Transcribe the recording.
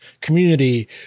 community